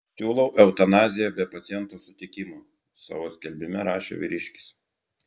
siūlau eutanaziją be paciento sutikimo savo skelbime rašė vyriškis